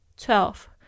Twelve